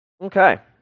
Okay